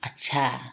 अच्छा